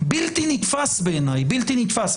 בלתי נתפס בעיניי, בלתי נתפס.